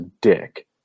dick